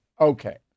Okay